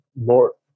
more